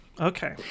okay